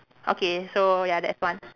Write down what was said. okay so ya that's one